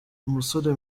umusore